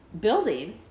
building